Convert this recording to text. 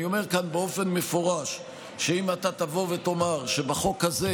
אני אומר כאן באופן מפורש שאם אתה תבוא ותאמר שבחוק הזה,